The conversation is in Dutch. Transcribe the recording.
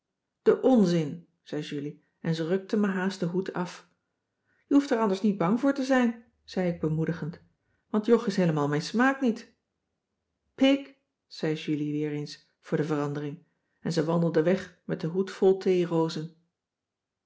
de onzin zei julie en ze rukte me haast den hoed af je hoeft er anders niet bang voor te zijn zei ik bemoedigend want jog is heelemaal mijn smaak niet pig ze julie weer eens voor de verandering en ze wandelde weg met den hoed vol